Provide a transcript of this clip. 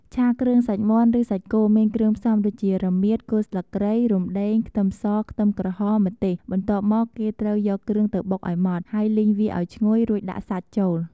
ឆាគ្រឿងសាច់មាន់ ឬសាច់គោ មានផ្សំគ្រឿងដូចជា រមៀត គល់ស្លឹកគ្រៃ រំដេង ខ្ទឹមស ខ្ទឹមក្រហម ម្ទេស បន្ទាប់មកគេត្រូវយកគ្រឿងទៅបុកឱ្យម៉ដ្ត ហើយលីងវាឱ្យឈ្ងុយ រួចដាក់សាច់ចូល។